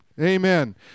Amen